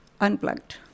Unplugged